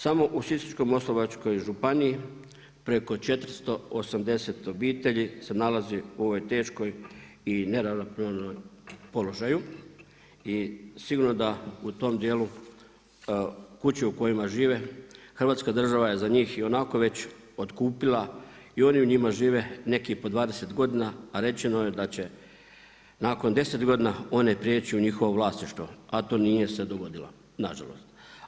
Samo u Sisačko-moslavačkoj županiji preko 480 obitelji se nalazi u ovoj teškom i neravnopravnom položaju i sigurno da u tom djelu kuće u kojima žive hrvatska država je za njih ionako već otkupila i oni u njima živ, neki po 20 godina, a rečeno je da će nakon 10 godina one prijeći u njihovo vlasništvo, a to nije se dogodilo, nažalost.